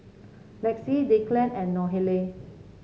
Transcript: Lexie Declan and Nohely